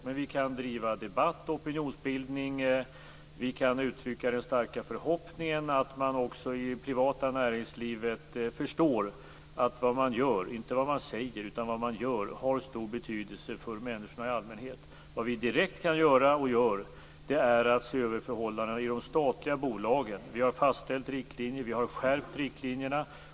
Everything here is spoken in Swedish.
Men vi kan driva debatt och opinionsbildning. Vi kan uttrycka den starka förhoppningen att man också i det privata näringslivet förstår att vad man gör - inte vad man säger, utan vad man gör - har stor betydelse för människorna i allmänhet. Vad vi direkt kan göra och gör är att se över förhållandena i de statliga bolagen. Vi har fastställt riktlinjer, och vi har skärpt riktlinjerna.